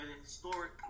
historic